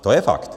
To je fakt!